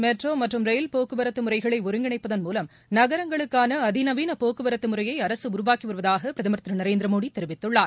metro மற்றும் ரயில் போக்குவரத்து முறைகளை ஒருங்கிணைப்பதன் மூலம் நகரங்களுக்கான அதிநவீன போக்குவரத்து முறையை அரசு உருவாக்கி வருவதாக பிரதம் திரு நரேந்திரமோடி தெரிவித்துள்ளார்